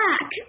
back